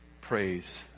praise